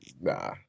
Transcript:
Nah